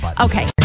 Okay